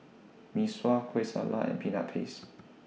Mee Sua Kueh Salat and Peanut Paste